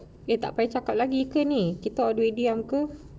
eh tak payah lagi ke ni kita already diam ke